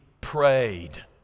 prayed